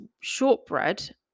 shortbread